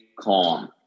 calm